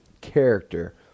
character